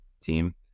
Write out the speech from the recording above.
team